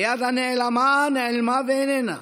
היד הנעלמה נעלמה ואיננה,